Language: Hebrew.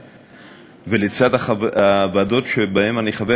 ולצד הוועדות שבהן אני חבר,